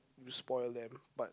you spoil them but